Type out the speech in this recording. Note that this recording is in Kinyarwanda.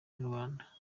nyarwanda